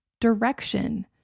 direction